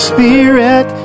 Spirit